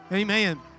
Amen